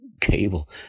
cable